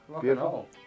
Beautiful